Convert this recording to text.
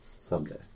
Someday